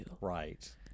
right